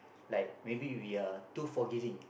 like maybe we are too forgiving